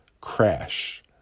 crash